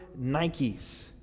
Nikes